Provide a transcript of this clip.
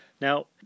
Now